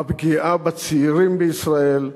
הפגיעה בצעירים בישראל,